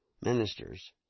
ministers